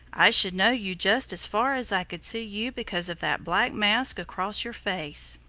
i should know you just as far as i could see you because of that black mask across your face.